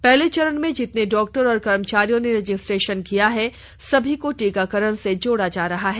पहले चरण में जितने डॉक्टर व कर्मचारियों ने रजिस्ट्रेशन किया है सभी को टीकाकरण से जोड़ा जा रहा है